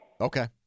Okay